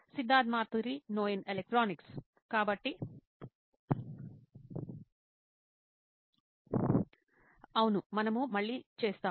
Siddharth Maturi CEO నోయిన్ electronics కాబట్టి అవును మనము మళ్ళీ చేస్తాము